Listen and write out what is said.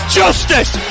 justice